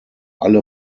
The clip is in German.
alle